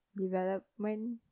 development